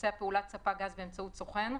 פעולת ספק גז באמצעות סוכן,